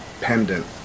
pendant